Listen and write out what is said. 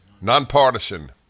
Non-partisan